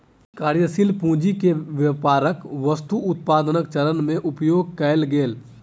कार्यशील पूंजी के व्यापारक वस्तु उत्पादनक चरण में उपयोग कएल गेल